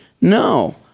No